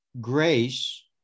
grace